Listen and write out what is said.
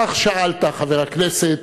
כך שאלת, חבר הכנסת